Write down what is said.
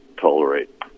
tolerate